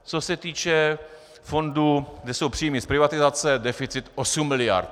Co se týče fondu, kde jsou příjmy z privatizace, deficit 8,5 miliardy.